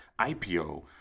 IPO